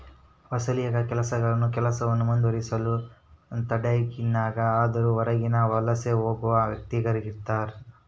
ವಲಸಿಗ ಕೆಲಸಗಾರನು ಕೆಲಸವನ್ನು ಮುಂದುವರಿಸಲು ತಾಯ್ನಾಡಿನಾಗ ಅದರ ಹೊರಗೆ ವಲಸೆ ಹೋಗುವ ವ್ಯಕ್ತಿಆಗಿರ್ತಾನ